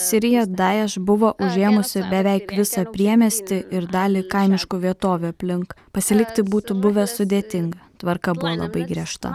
siriją daješ buvo užėmusi beveik visą priemiestį ir dalį kaimiškų vietovių aplink pasilikti būtų buvę sudėtinga tvarka buvo labai griežta